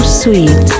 sweet